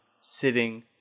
sitting